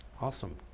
awesome